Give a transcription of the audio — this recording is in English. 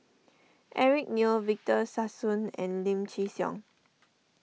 Eric Neo Victor Sassoon and Lim Chin Siong